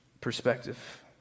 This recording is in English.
perspective